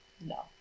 no